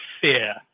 fear